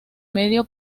medio